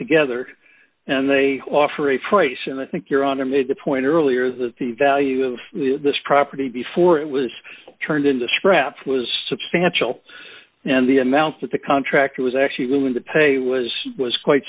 together and they offer a price and i think you're on a made the point earlier that the value of this property before it was turned into scrap was substantial and the amount that the contractor was actually willing to pay was was quite